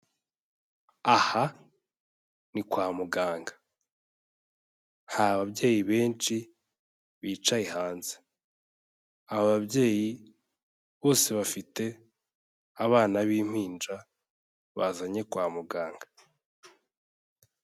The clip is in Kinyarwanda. Aha ni kwa muganga, hari babyeyi benshi bicaye hanze, aba babyeyi bose bafite abana b'impinja bazanye kwa muganga.